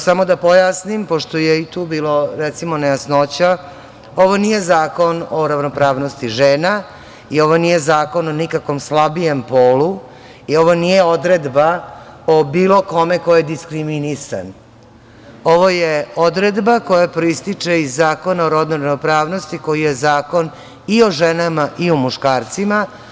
Samo da pojasnim, pošto je i tu bilo nejasnoća, ovo nije zakon o ravnopravnosti žena, i ovo nije zakon o nikakvom slabijem polu, i ovo nije odredba o bilo kome ko je diskriminisan, ovo je odredba koja proističe iz Zakona o rodnoj ravnopravnosti, koji je zakon i o ženama i o muškarcima.